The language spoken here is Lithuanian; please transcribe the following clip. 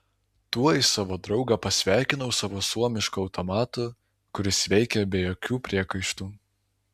tuoj savo draugą pasveikinau savo suomišku automatu kuris veikė be jokių priekaištų